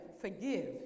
forgive